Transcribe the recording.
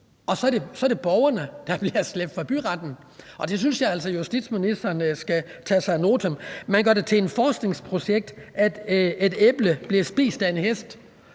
og så er det borgerne, der bliver slæbt for byretten, og det synes jeg altså justitsministeren skal tage ad notam. Man gør det til et forskningsprojekt, at et æble bliver spist af en hest,